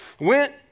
went